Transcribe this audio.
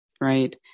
right